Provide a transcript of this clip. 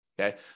Okay